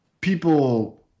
people